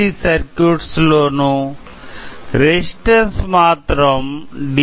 C circuits లో ను resistance మాత్రం డి